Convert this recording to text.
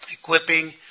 equipping